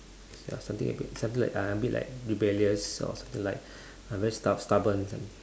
ya something a bit something like I a bit like rebellious or something like very stub~ stubborn